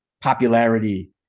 popularity